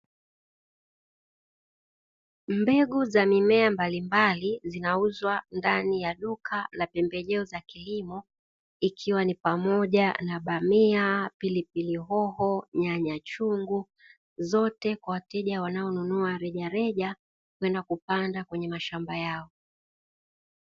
Mbegu za mimea mbalimbali zinauzwa ndani ya duka la pembejeo za kilimo ikiwa ni pamoja na bamia, pilipili hoho, nyanya chungu zote kwa wateja wanao nunua rejareja kwenda kupanda kwenye mashamba yao.